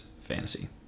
fantasy